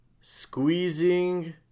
squeezing